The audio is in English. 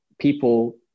people